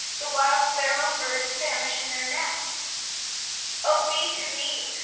the whilst their own birds famish in their nests o, be to me,